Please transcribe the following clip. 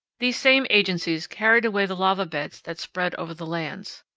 these same agencies carried away the lava beds that spread over the lands.